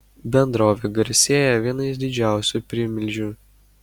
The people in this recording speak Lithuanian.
bendrovė garsėja vienais didžiausių primilžių